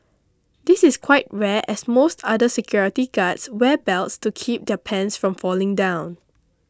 this is quite rare as most other security guards wear belts to keep their pants from falling down